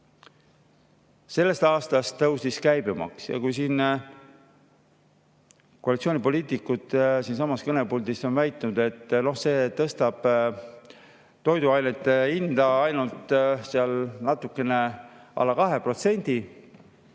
Sellest aastast tõusis käibemaks. Kui koalitsioonipoliitikud siinsamas kõnepuldis on väitnud, et see tõstab toiduainete hinda ainult natukene alla 2%,